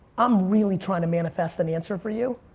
i'm really trying to manifest an answer for you.